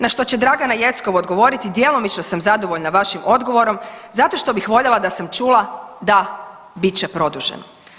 Na što će Dragana Jeckov odgovoriti, djelomično sam zadovoljna vašim odgovorom zato što bih voljela da sam čula da, bit će produženo.